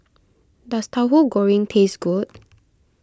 does Tauhu Goreng taste good